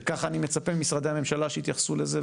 וככה אני מצפה ממשרדי הממשלה שיתייחסו לזה.